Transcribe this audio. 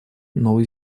новой